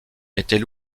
était